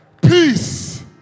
Peace